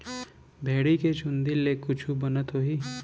भेड़ी के चूंदी ले कुछु बनत होही?